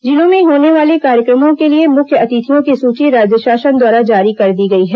जिलों में होने वाले कार्यक्रमों के लिए मुख्य अतिथियों की सूची राज्य शासन द्वारा जारी कर दी गई है